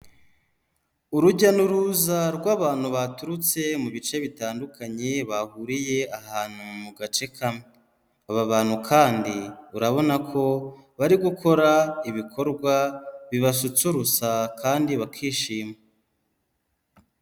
Urujya n'uruza rw'abantu baturutse mu bice bitandukanye bahuriye ahantu mu gace kamwe; aba bantu kandi, urabona ko, bari gukora, ibikorwa bibashusurutsa, kandi bakishima.